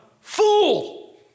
fool